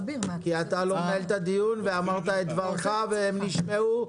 אמרת את דבריך והם נשמעו,